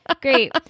Great